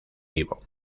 vivo